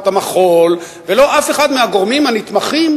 המחול ולא אף אחד מהגורמים הנתמכים,